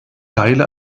teile